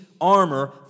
armor